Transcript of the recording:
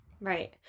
right